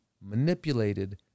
manipulated